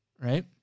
right